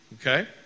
okay